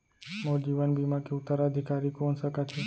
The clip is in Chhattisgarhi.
मोर जीवन बीमा के उत्तराधिकारी कोन सकत हे?